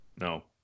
No